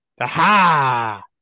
Aha